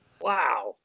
Wow